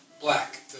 Black